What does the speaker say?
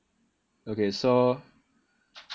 okay so